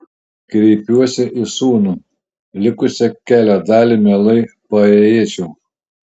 kreipiuosi į sūnų likusią kelio dalį mielai paėjėčiau